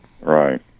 Right